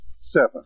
seven